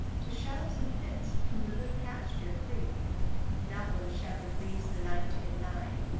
to shelves and pits from the good pasture creep not when the shepherd leaves the ninety and nine,